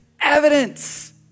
evidence